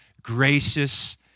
gracious